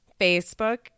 Facebook